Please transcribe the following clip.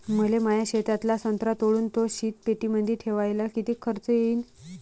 मले माया शेतातला संत्रा तोडून तो शीतपेटीमंदी ठेवायले किती खर्च येईन?